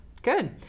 Good